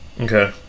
okay